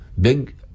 Big